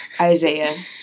Isaiah